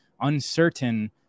uncertain